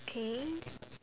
paint